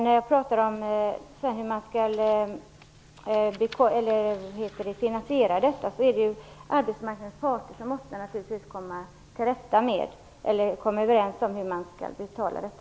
När jag pratar om hur man skall finansiera detta, menar jag att det naturligtvis är arbetsmarknadens parter som måste komma överens om hur detta skall betalas.